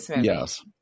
Yes